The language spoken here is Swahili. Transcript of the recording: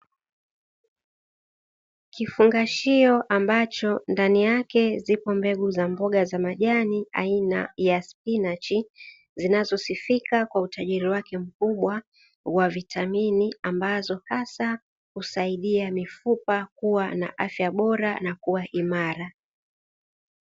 Kifungashio ambacho ndani yake zipo mbegu za mboga za majani aina ya spinachi, zinazosifika kwa utajiri wake mkubwa wa vitamini ambazo hasa husaidia mifupa kuwa na afya bora na kuwa imara.